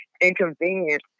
inconvenience